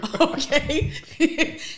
Okay